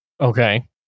Okay